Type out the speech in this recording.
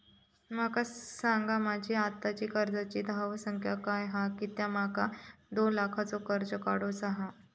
माका सांगा माझी आत्ताची कर्जाची धावसंख्या काय हा कित्या माका दोन लाखाचा कर्ज काढू चा हा?